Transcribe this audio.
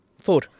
Four